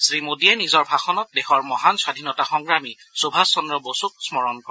শ্ৰীমোদীয়ে নিজৰ ভাষণত দেশৰ মহান স্বাধীনতা সংগ্ৰামী সুভাষ চন্দ্ৰ বসুক স্মৰণ কৰে